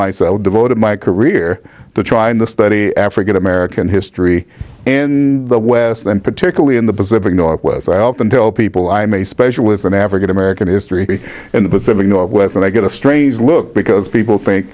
myself devoted my career to trying to study african american history and the west and particularly in the pacific northwest i often tell people i'm a specialist in african american history in the pacific northwest and i get a strange look because people think